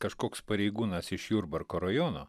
kažkoks pareigūnas iš jurbarko rajono